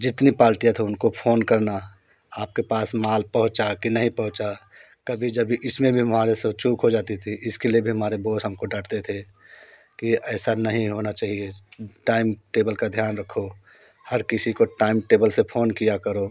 जितनी पाल्टियाँ थी उनको फोन करना आपके पास माल पहुँचा कि नहीं पहुँचा कभी जभी इसमें भी हमारे से चूक हो जाती थी इसके लिए भी हमारे बॉस हमको डांटते थे कि ऐसा नहीं होना चाहिए टाइम टेबल का ध्यान रखो हर किसी को टाइम टेबल से फोन किया करो